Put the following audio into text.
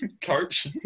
Coach